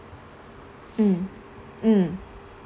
mm mm